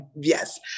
yes